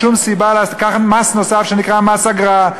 שום סיבה לקחת מס נוסף שנקרא "מס אגרה".